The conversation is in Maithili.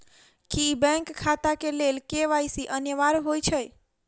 की बैंक खाता केँ लेल के.वाई.सी अनिवार्य होइ हएत?